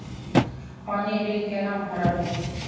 पानी बील केना भरब हम?